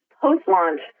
Post-launch